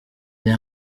the